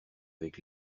avec